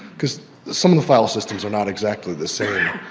because some of the file systems are not exactly the same.